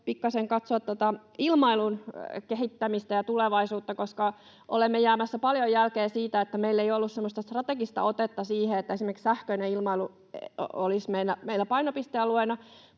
pikkasen katsoa tätä ilmailun kehittämistä ja tulevaisuutta, sillä olemme jäämässä paljon jälkeen siinä, että meillä ei ole ollut semmoista strategista otetta siihen, että esimerkiksi sähköinen ilmailu olisi meillä painopistealueena,